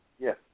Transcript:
Yes